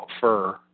fur